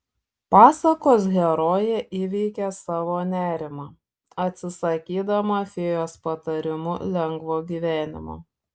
pasakos herojė įveikia savo nerimą atsisakydama fėjos patarimu lengvo gyvenimo